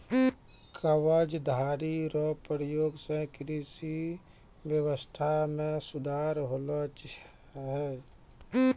कवचधारी नाशक रो प्रयोग से कृषि व्यबस्था मे सुधार होलो छै